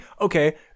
okay